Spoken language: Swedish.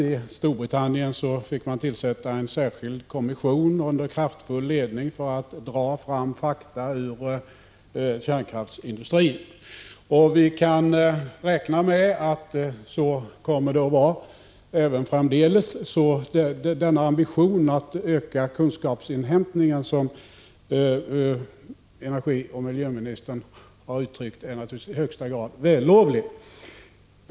I Storbritannien fick man tillsätta en särskild kommission under kraftfull ledning för att dra fram fakta ur kärnkraftsindustrin. Vi kan räkna med att det kommer att vara så även framdeles. Den ambition att öka kunskapsinhämtandet som energioch miljöministern har uttryckt är därför i högsta grad vällovlig.